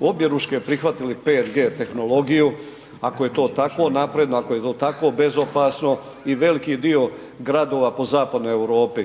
objeručke prihvatili 5G tehnologiju ako je to tako napredno, ako je to tako bezopasno i veliki dio gradova po zapadnoj Europi?